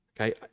Okay